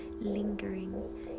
lingering